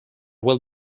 will